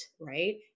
right